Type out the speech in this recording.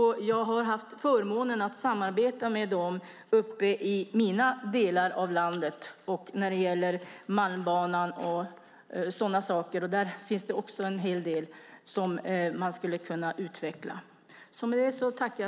Jag har haft förmånen att samarbeta med dem i mina delar av landet när det gäller Malmbanan och sådana saker. Där finns det också en hel del som man skulle kunna utveckla.